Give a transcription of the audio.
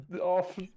off